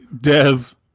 Dev